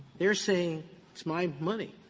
they're saying it's my money.